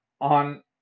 on